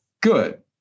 good